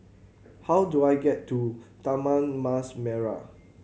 how do I get to Taman Mas Merah